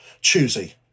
choosy